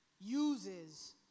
uses